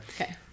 Okay